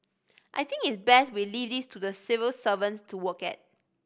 I think it's best we leave this to the civil servants to work at